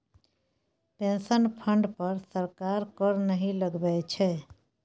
pension fund पर सरकार कर नहि लगबै छै